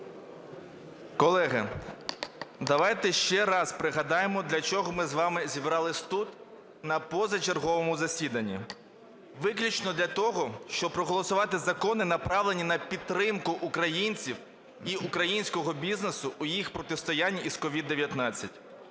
Колеги, давайте ще раз пригадаємо, для чого ми з вами зібрались тут на позачерговому засіданні. Виключно для того, щоб проголосувати закони, направлені на підтримку українців і українського бізнесу в їх протистоянні з COVID-19.